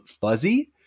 fuzzy